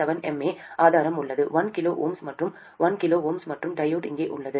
7 mA ஆதாரம் உள்ளது 1 kΩ மற்றும் 1 kΩ மற்றும் டையோடு இங்கே உள்ளது